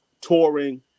touring